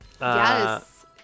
Yes